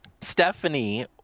Stephanie